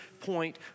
point